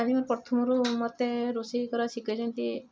ମୋ ପ୍ରଥମ ରୁ ମୋତେ ରୋଷେଇ କରା ଶିଖେଇଛନ୍ତି